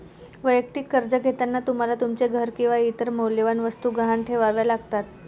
वैयक्तिक कर्ज घेताना तुम्हाला तुमचे घर किंवा इतर मौल्यवान वस्तू गहाण ठेवाव्या लागतात